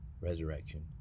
resurrection